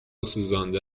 سوزانده